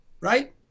right